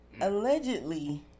allegedly